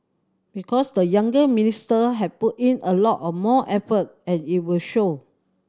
because the younger minister have put in a lot more effort and it will show